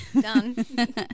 Done